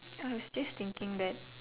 I was just thinking that